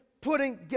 putting